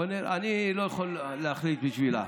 בתנאי שחברת הכנסת אני לא יכול להחליט בשבילה.